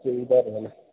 ചെയ്തായിരുന്നുവല്ലെ